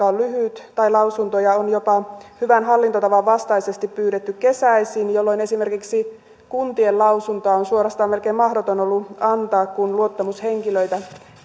on lyhyt tai lausuntoja jopa on hyvän hallintotavan vastaisesti pyydetty kesäisin jolloin esimerkiksi kuntien on suorastaan melkein mahdoton ollut antaa lausuntoa kun luottamushenkilöitä